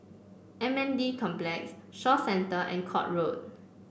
M N D Complex Shaw Centre and Court Road